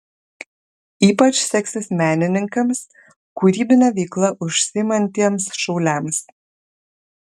ypač seksis menininkams kūrybine veikla užsiimantiems šauliams